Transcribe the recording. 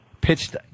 Pitched